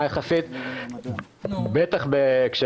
התנועה לאיכות השלטון פועלת מזה שנים כבר להביא